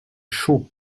chaud